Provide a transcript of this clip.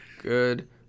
Good